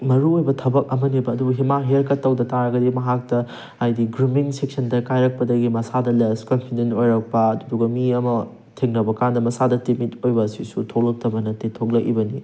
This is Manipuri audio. ꯃꯔꯨꯑꯣꯏꯕ ꯊꯕꯛ ꯑꯃꯅꯦꯕ ꯑꯗꯨꯕꯨ ꯃꯥ ꯍꯤꯌꯥꯔ ꯀꯠ ꯇꯧꯗ ꯇꯥꯔꯒꯗꯤ ꯃꯍꯥꯛꯇ ꯍꯥꯏꯗꯤ ꯒ꯭ꯔꯨꯝꯃꯤꯡ ꯁꯦꯛꯁꯟꯗ ꯀꯥꯏꯔꯛꯄꯗꯒꯤ ꯃꯁꯥꯗ ꯂꯦꯁ ꯀꯟꯐꯤꯗꯦꯟ ꯑꯣꯏꯔꯛꯄ ꯑꯗꯨꯗꯨꯒ ꯃꯤ ꯑꯃ ꯊꯦꯡꯅꯕ ꯀꯥꯟꯗ ꯃꯁꯥꯗ ꯇꯤꯃꯤꯠ ꯑꯣꯏꯕ ꯑꯁꯤꯁꯨ ꯊꯣꯡꯂꯛꯇꯕ ꯅꯠꯇꯦ ꯊꯣꯛꯂꯛꯏꯕꯅꯤ